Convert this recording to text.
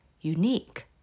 unique